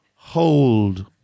Hold